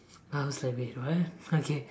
I was like wait what okay